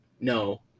no